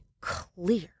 clear